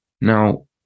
Now